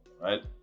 right